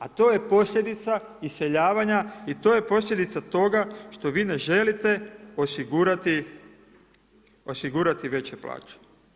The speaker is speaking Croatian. A to je posljedica iseljavanja i to je posljedica toga što vi ne želite osigurati veće plaće.